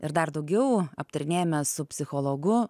ir dar daugiau aptarinėjame su psichologu